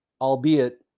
Albeit